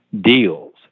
deals